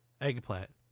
Eggplant